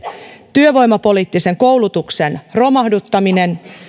työvoimapoliittisen koulutuksen romahduttaminen